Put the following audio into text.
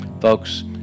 folks